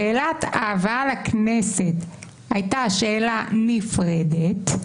שאלת ההבאה לכנסת הייתה שאלה נפרדת.